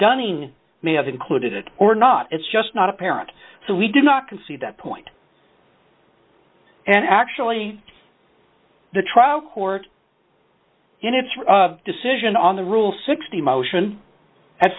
dunning may have included it or not it's just not apparent so we did not concede that point and actually the trial court in its decision on the rule sixty motion at